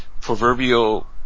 Proverbial